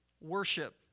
worship